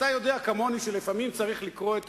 אתה יודע כמוני שלפעמים צריך לקרוא את